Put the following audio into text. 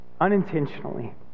Unintentionally